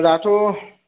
दाथ'